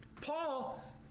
Paul